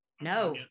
No